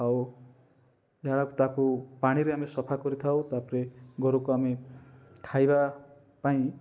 ଆଉ ଝାଡ଼ା ତାକୁ ପାଣିରେ ଆମେ ସଫା କରିଥାଉ ତାପରେ ଗୋରୁକୁ ଆମେ ଖାଇବାପାଇଁ